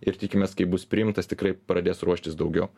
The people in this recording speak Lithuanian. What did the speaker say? ir tikimės kai bus priimtas tikrai pradės ruoštis daugiau